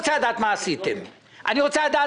אם אתה רוצה לעשות